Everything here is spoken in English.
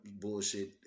bullshit